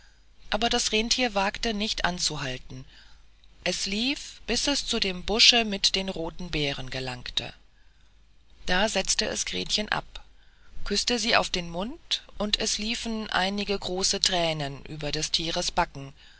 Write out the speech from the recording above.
aber das renntier wagte nicht anzuhalten es lief bis es zu dem busche mit den roten beeren gelangte da setzte es gretchen ab küßte sie auf den mund und es liefen einige große thränen über des tieres backen